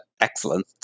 excellent